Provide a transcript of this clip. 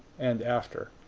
and after.